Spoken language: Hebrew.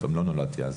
עוד פעם, לא נולדתי אז.